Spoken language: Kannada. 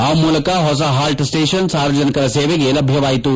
ಆ ಮೂಲಕ ಹೊಸ ಹಾಲ್ಟ್ ಸ್ವೇಷನ್ ಸಾರ್ವಜನಿಕರ ಸೇವೆಗೆ ಲಭ್ಧವಾಯಿತು